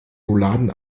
rouladen